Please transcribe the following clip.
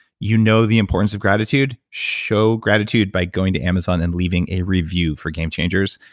you know the importance of gratitude. show gratitude by going to amazon and leaving a review for game changers.